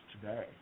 today